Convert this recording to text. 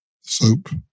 Soap